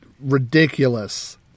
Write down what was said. ridiculous